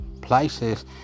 places